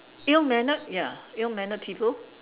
ill mannered ya ill mannered people